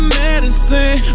medicine